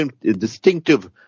distinctive